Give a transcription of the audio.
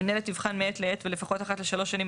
מי שהתחיל בבוקר לא יודע איפה הוא נמצא בינתיים.